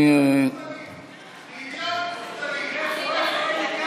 מיליון מובטלים.